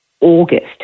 August